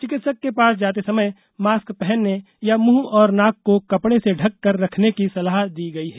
चिकित्सक के पास जाते समय मास्क पहनने या मुंह और नाक को कपड़े से ढककर रखने की सलाह दी गई है